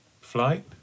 flight